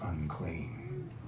unclean